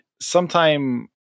sometime